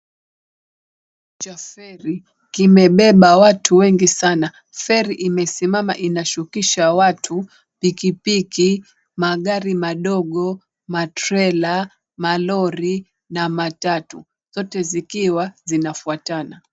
Kutuo cha feri kimebebea watu wengi sana. Feri imesimama inashukisha watu, pikipiki, magari madogo, matrela, malori na matatu. zote zikiwa zinafwatana.